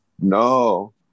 No